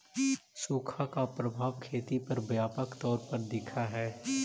सुखा का प्रभाव खेती पर व्यापक तौर पर दिखअ हई